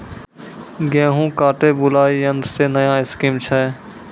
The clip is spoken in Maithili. गेहूँ काटे बुलाई यंत्र से नया स्कीम छ?